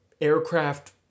aircraft